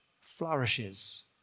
flourishes